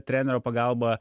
trenerio pagalba